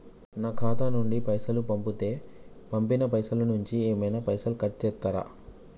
నా ఖాతా నుండి పైసలు పంపుతే పంపిన పైసల నుంచి ఏమైనా పైసలు కట్ చేత్తరా?